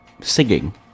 singing